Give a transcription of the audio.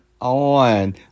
on